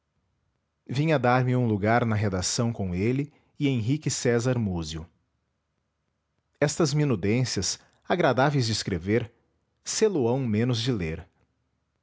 marinho vinha dar-me um lugar na redação com ele e henrique césar múzio estas minudências agradáveis de escrever sê lo ão menos de ler